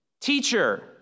Teacher